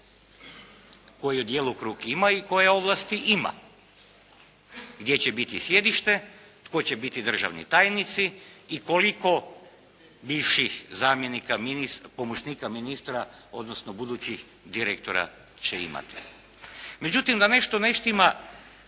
koji djelokrug ima i koje ovlasti ima, gdje će biti sjedište, tko će biti državni tajnici i koliko bivših zamjenika ministra, pomoćnika ministra, odnosno budućih direktora će imati. Međutim da nešto ne štima